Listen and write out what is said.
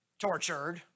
tortured